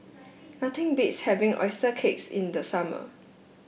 nothing beats having oyster case in the summer